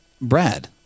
Brad